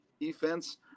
defense